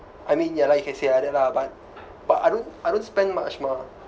I mean ya lah you can say like that lah but but I don't I don't spend much mah